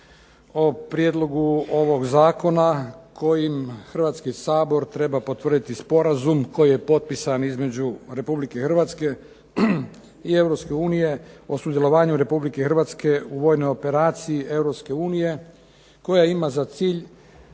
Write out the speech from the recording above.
o prijedlogu ovog zakona kojim Hrvatski sabor treba potvrditi sporazum koji je potpisan između Republike Hrvatske i Europske unije o sudjelovanju Republike Hrvatske u vojnoj operaciji Europske unije koja ima za cilj